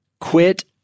Quit